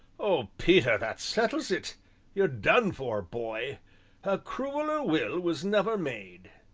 oh, peter, that settles it you're done for, boy a crueller will was never made.